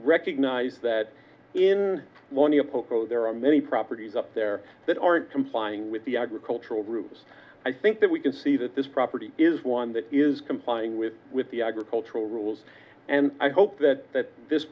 recognise that in there are many properties up there that aren't complying with the agricultural groups i think that we can see that this property is one that is complying with with the agricultural rules and i hope that th